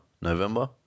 November